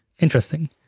interesting